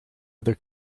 other